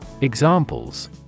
Examples